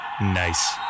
Nice